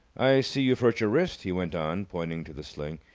i see you've hurt your wrist, he went on, pointing to the sling.